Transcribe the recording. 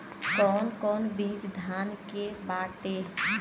कौन कौन बिज धान के बाटे?